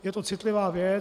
Je to citlivá věc.